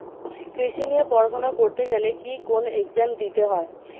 কৃষি নিয়ে পড়াশোনা করতে গেলে কি কোন এগজাম দিতে হয়?